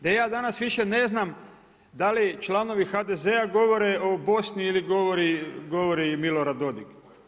Da ja danas više ne znam, da li članovi HDZ-a govore o Bosni ili govori Milorad Dodig.